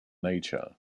nature